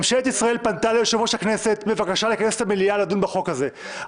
ממשלת ישראל פנתה ליושב-ראש הכנסת בבקשה לכנס את המליאה לדון בחוק הזה.